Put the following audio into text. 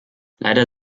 leider